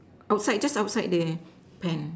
outside just outside the pen